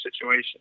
situation